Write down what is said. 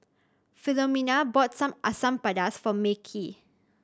Philomena bought Asam Pedas for Mekhi